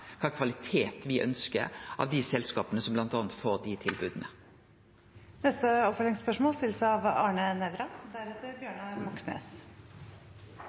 kva standard og kvalitet me ønskjer oss av dei selskapa som får dei tilboda. Arne Nævra